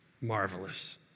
Marvelous